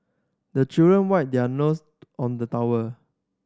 the children wipe their nose on the towel